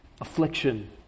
affliction